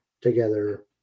together